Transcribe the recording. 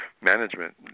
management